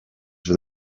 for